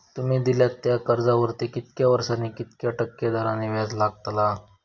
तुमि दिल्यात त्या कर्जावरती कितक्या वर्सानी कितक्या टक्के दराने व्याज लागतला?